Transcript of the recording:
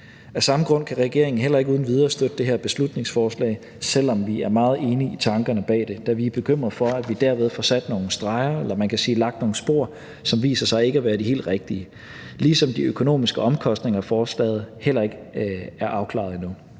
Af samme grund kan regeringen heller ikke uden videre støtte det her beslutningsforslag, selv om vi er meget enige i tankerne bag det, da vi er bekymrede for, at vi derved får sat nogle streger eller lagt nogle spor, som viser sig ikke at være de helt rigtige. Desuden er de økonomiske omkostninger ved forslaget heller ikke afklaret endnu.